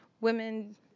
women